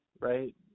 right